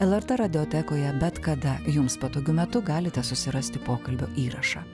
lrt radiotekoje bet kada jums patogiu metu galite susirasti pokalbio įrašą